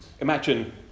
imagine